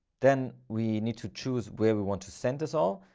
then we need to choose where we want to send this all.